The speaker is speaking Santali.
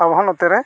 ᱟᱵᱚᱦᱚᱸ ᱱᱚᱛᱮᱨᱮ